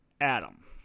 Adam